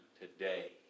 today